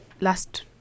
last